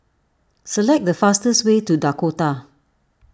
select the fastest way to Dakota